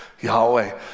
Yahweh